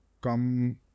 come